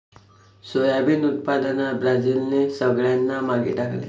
soybean उत्पादनात ब्राझीलने सगळ्यांना मागे टाकले